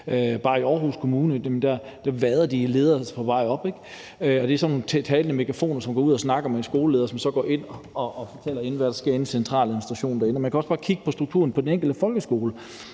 Bare i Aarhus Kommune vader de i ledere, som er på vej op, og det er sådan nogle talende megafoner, som går ud og snakker med en skoleleder, som så går ind og fortæller, hvad der sker inde i centraladministrationen. Man kan også bare kigge på strukturen på den enkelte folkeskole.